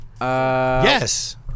Yes